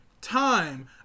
time